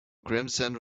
crimson